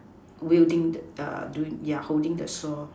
wielding the holding the saw